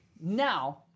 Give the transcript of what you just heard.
Now